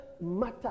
matter